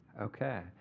okay